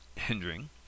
hindering